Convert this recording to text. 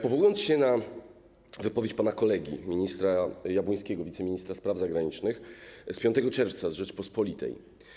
Powołuję się na wypowiedź pana kolegi, ministra Jabłońskiego, wiceministra spraw zagranicznych, z 5 czerwca z ˝Rzeczpospolitej˝